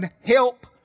help